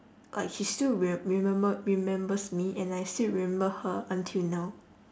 like she still re~ remember remembers me and I still remember her until now